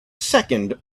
second